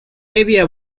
hevia